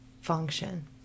function